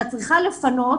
כשאת צריכה לפנות,